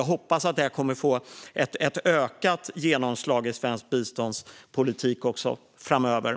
Jag hoppas att detta kommer att få ett ökat genomslag i svensk biståndspolitik framöver.